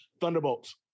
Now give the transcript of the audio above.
Thunderbolts